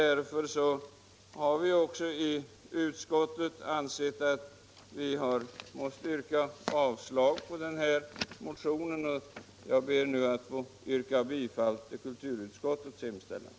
Därför har vi också i utskottet ansett att vi måste yrka avslag på den här motionen. Jag ber nu att få yrka bifall till kulturutskottets hemställan.